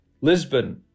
Lisbon